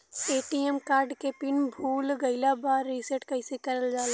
ATM card के PIN भूला गइल बा रीसेट कईसे करल जाला?